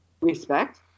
respect